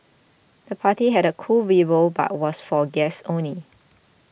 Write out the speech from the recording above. the party had a cool vibe but was for guests only